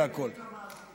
על זה מלין המעסיק.